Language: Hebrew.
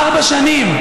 ארבע שנים.